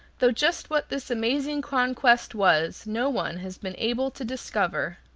though just what this amazing conquest was no one has been able to discover.